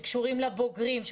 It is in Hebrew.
שקשורים לבוגרים,